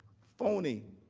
phony